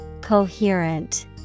Coherent